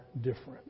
different